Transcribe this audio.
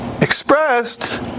expressed